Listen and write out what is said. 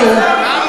כמה?